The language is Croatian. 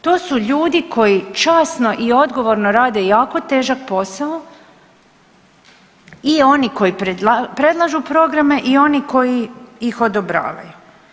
To su ljudi koji časno i odgovorno rade jako težak posao i oni koji predlažu programe i oni koji ih odobravaju.